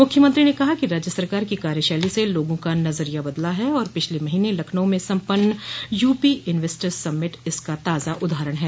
मुख्यमंत्री ने कहा कि राज्य सरकार की कार्यशैली से लोगों का नजरिया बदला है और पिछले महीने लखनऊ में सम्पन्न यूपी इन्वेस्टर्स समिट इसका ताजा उदाहरण है